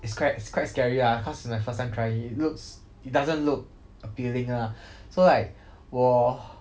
it's quite it's quite scary lah cause it's my first time trying it looks it doesn't look appealing ah so like 我